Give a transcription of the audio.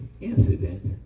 incidents